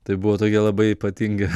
tai buvo tokia labai ypatinga